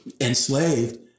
enslaved